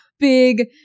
big